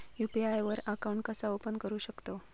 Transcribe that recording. UPI वर account कसा open करू शकतव?